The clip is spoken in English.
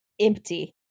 empty